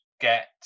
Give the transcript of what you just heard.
get